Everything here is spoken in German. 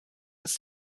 ist